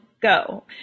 go